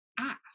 ask